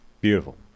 Beautiful